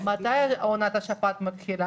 --- מתי עונת השפעת מתחילה?